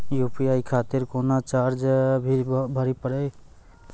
UPI खातिर कोनो charge भी भरी पड़ी हो?